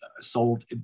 sold